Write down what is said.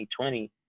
2020